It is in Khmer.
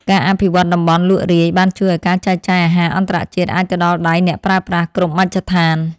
ការអភិវឌ្ឍន៍តំបន់លក់រាយបានជួយឱ្យការចែកចាយអាហារអន្តរជាតិអាចទៅដល់ដៃអ្នកប្រើប្រាស់គ្រប់មជ្ឈដ្ឋាន។